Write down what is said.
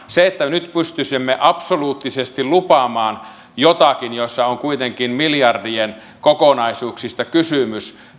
siihen että nyt pystyisimme absoluuttisesti lupaamaan jotakin jossa on kuitenkin miljardien kokonaisuuksista kysymys